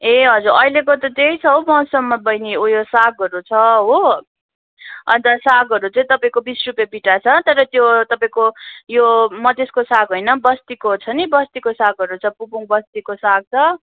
ए हजुर अहिलेको त त्यही छ हौ मौसममा बहिनी ऊ यो सागहरू छ हो हजुर सागहरू चाहिँ तपाईँको बिस रुपियाँ बिटा छ तर त्यो तपाईँको यो मधेसको साग होइन बस्तीको छ नि बस्तीको सागहरू छ पुबुङ बस्तीको साग छ